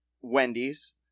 Wendy's